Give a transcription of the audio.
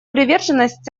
приверженность